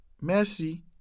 Merci